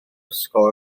ysgol